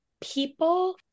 people